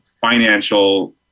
financial